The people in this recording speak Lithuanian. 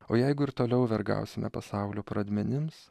o jeigu ir toliau vergausime pasaulio pradmenims